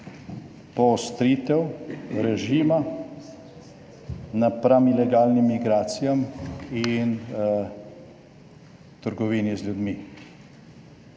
poostritev režima napram ilegalnim migracijam in trgovini z ljudmi.